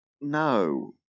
No